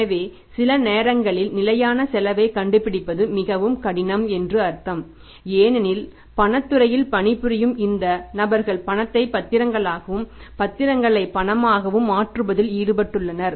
எனவே சில நேரங்களில் நிலையான செலவைக் கண்டுபிடிப்பது மிகவும் கடினம் என்று அர்த்தம் ஏனெனில் பணத்துறையில் பணிபுரியும் இந்த நபர்கள் பணத்தை பத்திரங்களாகவும் பத்திரங்களை பணமாகவும் மாற்றுவதில் ஈடுபட்டுள்ளனர்